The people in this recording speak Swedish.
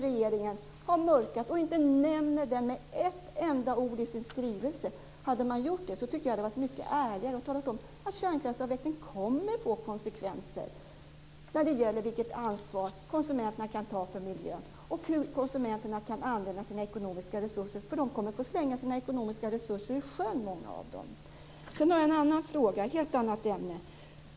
Regeringen har ju, som sagt, mörkat och nämner inte ett enda ord om detta i sin skrivelse. Det hade varit mycket ärligare att säga att kärnkraftsavvecklingen kommer att få konsekvenser när det gäller det ansvar som konsumenterna kan ta för miljön och hur konsumenterna kan använda sina ekonomiska resurser. Många kommer att få slänga dem i sjön. Sedan har jag en fråga i ett helt annat ämne.